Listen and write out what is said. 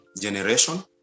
generation